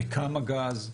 בכמה גז,